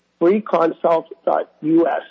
freeconsult.us